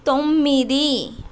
తొమ్మిది